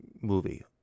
movie